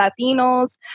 Latinos